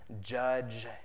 judge